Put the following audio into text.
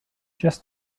just